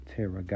Terra